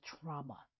trauma